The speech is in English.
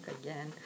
again